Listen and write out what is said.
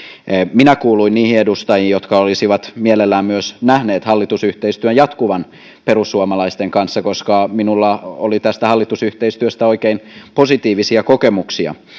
minä kuuluin niihin edustajiin jotka olisivat mielellään nähneet hallitusyhteistyön myös jatkuvan perussuomalaisten kanssa koska minulla oli tästä hallitusyhteistyöstä oikein positiivisia kokemuksia